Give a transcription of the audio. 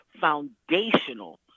foundational